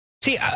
see